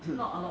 是